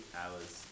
hours